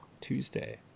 tuesday